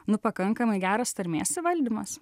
nu pakankamai geras tarmės įvaldymas